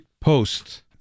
post